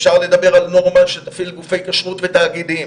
אפשר לדבר על נורמה שתפעיל גופי כשרות ותאגידים,